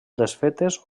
desfetes